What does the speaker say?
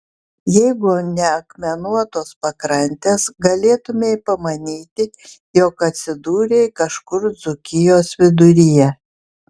jeigu ne akmenuotos pakrantės galėtumei pamanyti jog atsidūrei kažkur dzūkijos viduryje